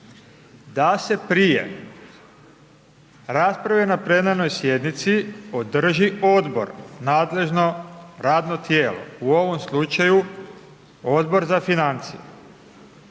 da se prije rasprave na plenarnoj sjednici, održi odbor, nadležno radno tijelo, u ovom slučaju Odbor za financije